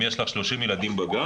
אם יש לך 32 ילדים בגן,